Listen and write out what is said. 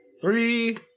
three